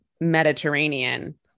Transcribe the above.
Mediterranean